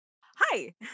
Hi